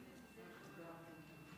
תוצאות ההצבעה: